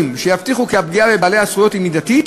שיבטיחו כי הפגיעה בבעלי הזכויות היא מידתית,